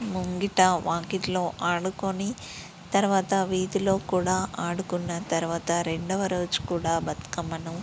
ముంగిట వాకిట్లో ఆడుకొని తర్వాత వీధిలో కూడా ఆడుకున్న తర్వాత రెండవ రోజు కూడా బతుకమ్మను